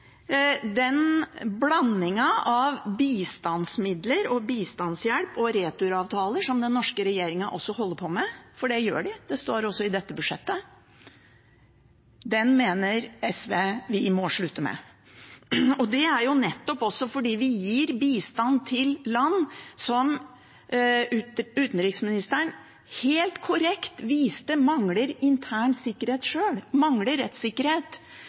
Den blandingen av bistandsmidler og bistandshjelp og returavtaler som den norske regjeringen holder på med – for det gjør de, det står det også i dette budsjettet – mener SV vi må slutte med, også fordi vi gir bistand til land som utenriksministeren helt korrekt viste til, mangler intern sikkerhet sjøl, mangler rettssikkerhet